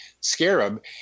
scarab